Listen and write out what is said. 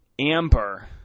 Amber